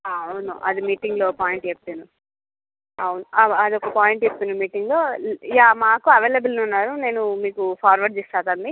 అవును అది మీటింగ్లో పాయింట్ ఎత్తాను అవును ఆవ అదొక పాయింట్ ఎత్తిన మీటింగ్లో యా మాకు అవైలబుల్ ఉన్నారు నేను మీకు ఫార్వర్డ్ చేస్తా దాన్ని